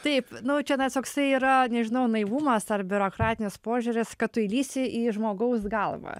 taip nu čianais toksai yra nežinau naivumas ar biurokratinis požiūris kad tu įlįsi į žmogaus galvą